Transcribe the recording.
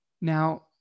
Now